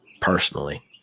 personally